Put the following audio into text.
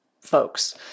folks